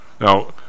Now